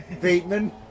Bateman